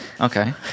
okay